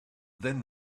then